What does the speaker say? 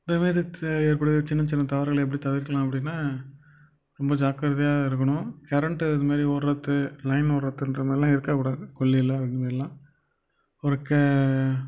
இந்தமாரி த ஏற்படுகிறது சின்ன சின்ன தவறுகளை எப்படி தவிர்க்கலாம் அப்படின்னா ரொம்ப ஜாக்கிரதையாக இருக்கணும் கரண்டு இதுமாரி விட்றது லைன் விட்றதுன்றமேரில்லாம் இருக்கக்கூடாது கொல்லையில அதுமாரில்லாம் ஒரு க